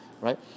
right